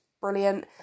brilliant